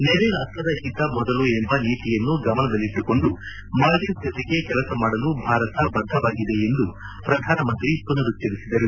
ನೆರೆ ರಾಷ್ಷದ ಹಿತ ಮೊದಲು ಎಂಬ ನೀತಿಯನ್ನು ಗಮನದಲ್ಲಿಟ್ಟುಕೊಂಡು ಮಾಲ್ವೀವ್ಸ್ ಜೊತೆಗೆ ಕೆಲಸ ಮಾಡಲು ಭಾರತ ಬದ್ದವಾಗಿದೆ ಎಂದು ಪ್ರಧಾನಮಂತ್ರಿ ಪುನರುಚ್ಲರಿಸಿದರು